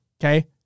Okay